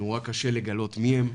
שנורא קשה לגלות מי הם,